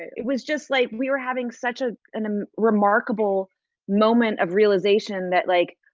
it was just like we were having such a and um remarkable moment of realization that like,